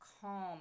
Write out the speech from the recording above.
calm